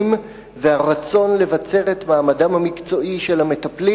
והרצון לבצר את מעמדם המקצועי של המטפלים.